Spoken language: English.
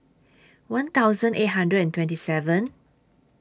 one thousand eight hundred and twenty seven